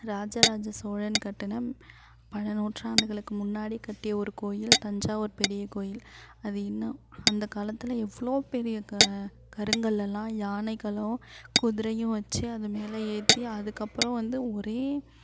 ராஜராஜ சோழன் கட்டின பல நூற்றாண்டுகளுக்கு முன்னாடி கட்டிய ஒரு கோயில் தஞ்சாவூர் பெரிய கோயில் அது இன்னும் அந்த காலத்தில் எவ்வளோ பெரிய க கருங்கல்லெல்லாம் யானைகளும் குதிரையும் வச்சு அது மேல் ஏற்றி அதுக்கப்புறம் வந்து ஒரே